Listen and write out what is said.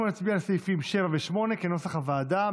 אנחנו נצביע על סעיפים 7 ו-8 כנוסח הוועדה.